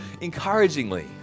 encouragingly